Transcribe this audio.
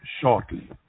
shortly